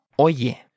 Oye